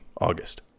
August